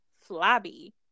flabby